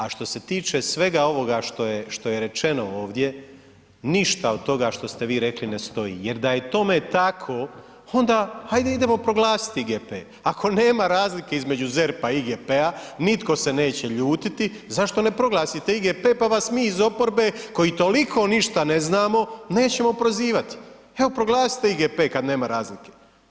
A što se tiče svega ovoga što je rečeno ovdje, ništa od toga što ste vi rekli ne stoji jer da je tome tako, onda hajde idemo proglasiti GP, ako nema razlike između ZERP-a i IGP-a, nitko se neće ljutiti, zašto ne proglasite IGP, pa vas mi iz oporbe koji toliko ništa ne znamo, nećemo prozivati, evo proglasite IGP kad nema razlike.